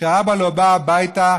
והאבא לא בא הביתה,